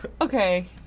Okay